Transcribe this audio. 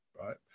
right